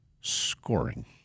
scoring